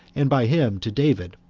and by him to david,